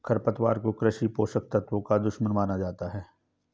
खरपतवार को कृषि पोषक तत्वों का दुश्मन माना जाता है